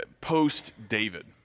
post-David